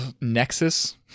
nexus